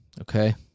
okay